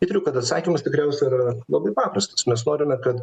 įtariu kad atsakymas tikriausiai yra labai paprastas mes norime kad